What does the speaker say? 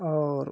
और